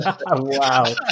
Wow